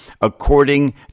according